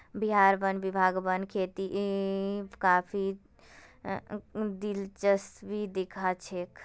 बिहार वन विभाग वन खेतीत काफी दिलचस्पी दखा छोक